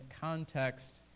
context